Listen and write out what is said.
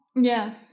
Yes